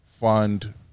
Fund